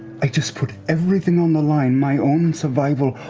i just put everything on the line, my own survival,